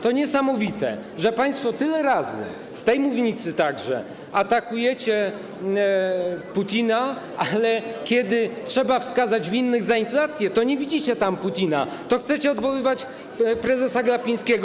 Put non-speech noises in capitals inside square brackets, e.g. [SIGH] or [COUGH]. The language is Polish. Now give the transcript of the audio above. To niesamowite, że państwo tyle razy, z tej mównicy także, atakujecie Putina, [NOISE] ale kiedy trzeba wskazać winnych inflacji, to nie widzicie tam Putina, to chcecie odwoływać prezesa Glapińskiego.